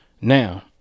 now